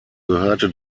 gehörte